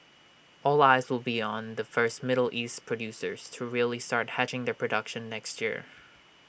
all eyes will be on the first middle east producers to really start hedging their production next year